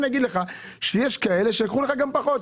יש כאלה שייקחו לך גם פחות,